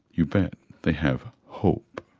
you bet. they have hope.